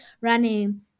running